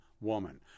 Woman